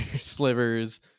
slivers